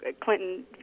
Clinton